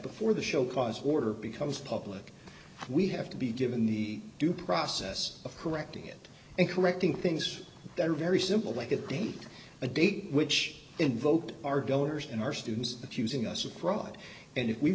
before the show cause order becomes public we have to be given the due process of correcting it and correcting things that are very simple like a date a date which invoked our governors and our students accusing us of fraud and if we